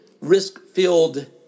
risk-filled